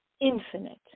infinite